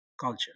culture